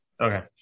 Okay